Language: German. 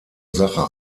sache